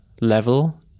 level